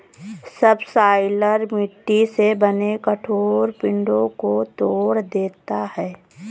subsoiler मिट्टी से बने कठोर पिंडो को तोड़ देता है